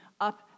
up